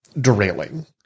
derailing